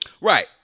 Right